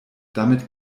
damit